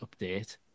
update